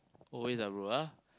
always ah bro ah